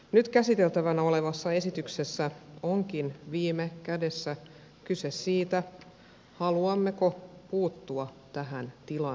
nyt käsiteltävänä olevassa esityksessä onkin viime kädessä kyse siitä haluammeko puuttua tähän tilanteeseen